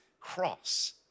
cross